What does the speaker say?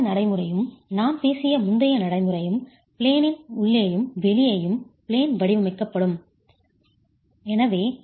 இந்த நடைமுறையும் நாம்பேசிய முந்தைய நடைமுறையும் பிளேனின் உள்ளேயும் வெளியேயும் பிளேன் வடிவமைப்பிற்கும் செல்லுபடியாகும்